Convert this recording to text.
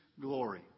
glory